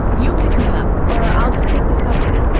you pick me up. or i'll just take the subway.